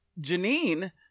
Janine